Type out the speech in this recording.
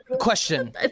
question